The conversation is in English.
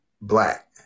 black